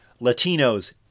Latinos